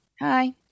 Hi